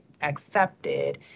accepted